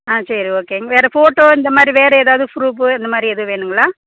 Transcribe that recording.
ஆ சரி ஓகேங்க வேறு ஃபோட்டோ இந்த மாதிரி வேறு ஏதாவது புரூஃபு இந்த மாதிரி எதுவும் வேணும்ங்களா